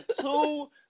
two